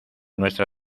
nuestra